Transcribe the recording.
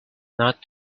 not